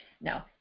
No